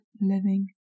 living